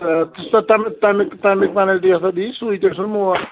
تہٕ سُہ تَمیُک تَمیُک تَمیُک پٮ۪نلٹی ہَسا دِی سُے تٔمۍ سُنٛد مول